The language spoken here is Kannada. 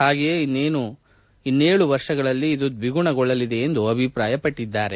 ಹಾಗೆಯೇ ಇನ್ನೇಳು ವರ್ಷಗಳಲ್ಲಿ ಇದು ದ್ನಿಗುಣಗೊಳ್ಳಲಿದೆ ಎಂದು ಅಭಿಪ್ರಾಯಪಟ್ಟಿದ್ದಾರೆ